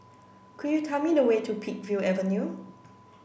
could you tell me the way to Peakville Avenue